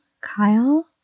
Kyle